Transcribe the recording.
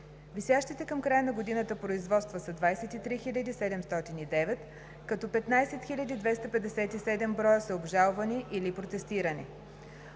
Висящите към края на годината производства са 23 709, като 15 257 броя са обжалвани или протестирани.